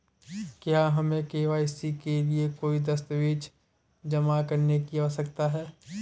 क्या हमें के.वाई.सी के लिए कोई दस्तावेज़ जमा करने की आवश्यकता है?